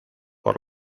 por